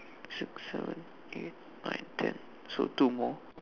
six seven eight nine ten so two more